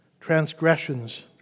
transgressions